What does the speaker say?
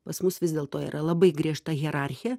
pas mus vis dėl to yra labai griežta hierarchija